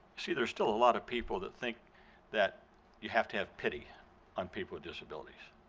see, there's still a lot of people that think that you have to have pity on people with disabilities,